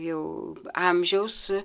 jau amžiaus